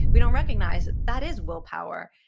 we don't recognize that is willpower.